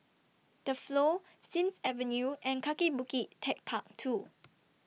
The Flow Sims Avenue and Kaki Bukit Techpark two